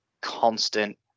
constant